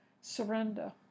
Surrender